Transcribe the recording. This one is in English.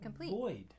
void